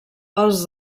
els